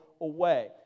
away